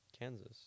Kansas